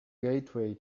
gateway